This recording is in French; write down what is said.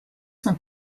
son